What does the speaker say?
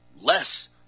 less